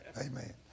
Amen